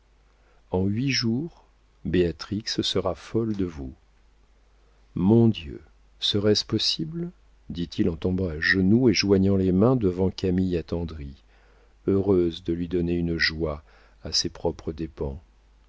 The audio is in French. en huit jours béatrix sera folle de vous mon dieu serait-ce possible dit il en tombant à genoux et joignant les mains devant camille attendrie heureuse de lui donner une joie à ses propres dépens